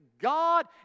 God